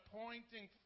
pointing